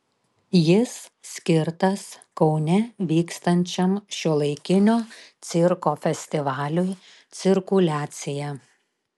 jis skirtas kaune vykstančiam šiuolaikinio cirko festivaliui cirkuliacija